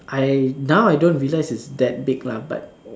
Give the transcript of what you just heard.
I now I don't realise it's that big lah but